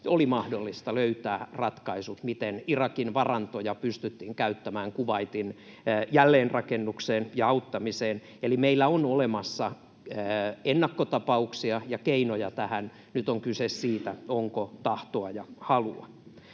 oli mahdollista löytää ratkaisut, miten Irakin varantoja pystyttiin käyttämään Kuwaitin jälleenrakennukseen ja auttamiseen. Eli meillä on olemassa ennakkotapauksia ja keinoja tähän. Nyt on kyse siitä, onko tahtoa ja halua.